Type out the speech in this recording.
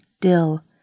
dill